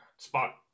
Spot